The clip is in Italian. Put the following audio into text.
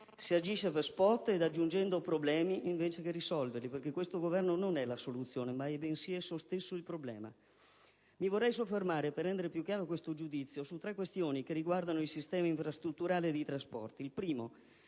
Si agisce per *spot* ed aggiungendo problemi invece di risolverli, perché questo Governo non è la soluzione bensì, esso stesso, il problema. Mi vorrei soffermare, per rendere più chiaro questo giudizio, su tre questioni che riguardano il sistema infrastrutturale ed i trasporti. La prima